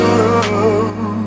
love